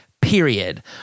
period